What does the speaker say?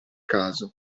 caso